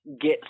get